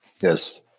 Yes